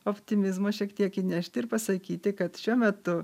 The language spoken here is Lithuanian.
optimizmo šiek tiek įnešti ir pasakyti kad šiuo metu